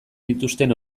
dituzten